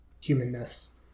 humanness